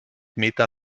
meter